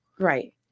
Right